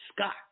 Scott